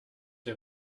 der